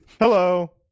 Hello